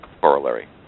corollary